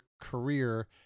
career